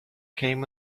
came